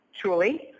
truly